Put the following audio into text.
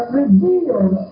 revealed